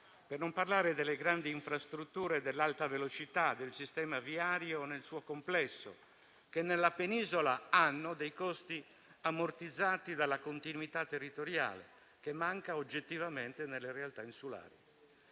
Per non parlare delle grandi infrastrutture, dell'Alta velocità e del sistema viario nel suo complesso, che nella Penisola hanno costi ammortizzati dalla continuità territoriale, che manca oggettivamente nelle realtà insulari.